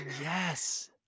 Yes